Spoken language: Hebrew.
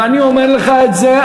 ואני אומר לך את זה,